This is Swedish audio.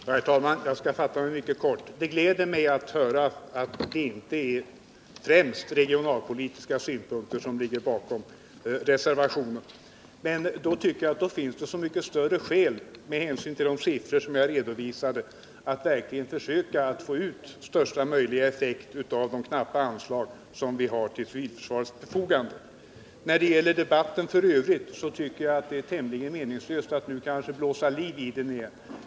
Herr talman! Jag skall fatta mig mycket kort. Det gläder mig att höra att det inte är främst regionalpolitiska synpunkter som ligger bakom reservationen. Men då tycker jag att det finns så mycket större skäl, med hänsyn till de siffror som jag redovisade, att verkligen försöka att få ut största möjliga effekt av de knappa anslag som vi ställer till civilförsvarets förfogande. När det gäller debatten f. ö. tycker jag att det är tämligen meningslöst att nu blåsa liv i den igen.